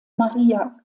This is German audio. maria